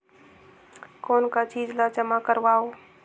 कौन का चीज ला जमा करवाओ?